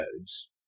codes